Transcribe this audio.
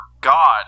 God